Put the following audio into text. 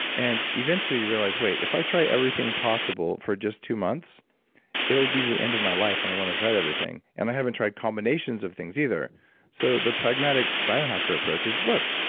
and eventually you realize, wait if i try everything possible for just two months it will be the end of my life and, i won't have tried everything. and i haven't tried combinations of things either so, the pragmatic bio-hacker approach is, look,